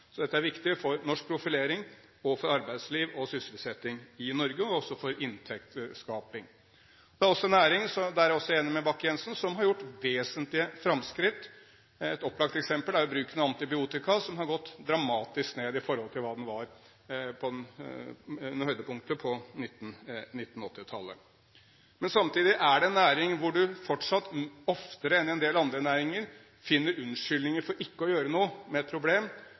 Så dette er viktig for norsk profilering og for arbeidsliv og sysselsetting i Norge og også for inntektsskaping. Det er også en næring – der er jeg også enig med Bakke-Jensen – som har gjort vesentlige framskritt. Et opplagt eksempel er bruken av antibiotika, som har gått dramatisk ned i forhold til hva den var ved høydepunktet på 1980-tallet. Men samtidig er det en næring hvor du fortsatt oftere enn i en del andre næringer finner unnskyldninger for ikke å gjøre noe med et problem,